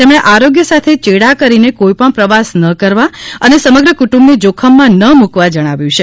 તેમણે આરોગ્ય સાથે ચેડા કરીને કોઇપણ પ્રવાસ ન કરવા અને સમગ્ર કુટુંબને જોખમમાં ન મુકવા જણાવ્યું છે